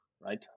right